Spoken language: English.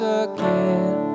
again